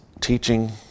teaching